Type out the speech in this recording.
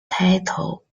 title